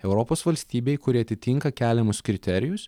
europos valstybei kuri atitinka keliamus kriterijus